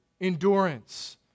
endurance